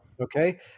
Okay